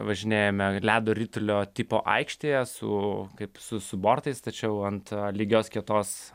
važinėjame ledo ritulio tipo aikštėje su kaip su su bortais tačiau ant lygios kietos